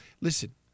Listen